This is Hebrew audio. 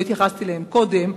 לא התייחסתי אליהם קודם,